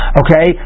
okay